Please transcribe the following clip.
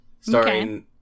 starring